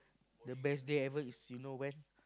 the best day every is you know when